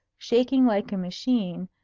shaking like a machine,